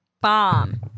bomb